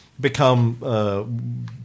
become